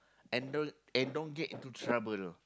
and don't and don't get into trouble